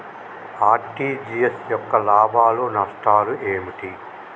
RTGS యొక్క లాభాలు నష్టాలు ఏమిటి?